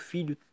Filho